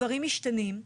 דברים משתנים.